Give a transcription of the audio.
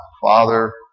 father